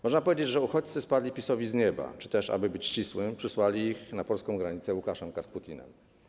Można powiedzieć, że uchodźcy spadli PiS-owi z nieba czy też, aby być ścisłym, przysłali ich na polską granicę Łukaszenka z Putinem.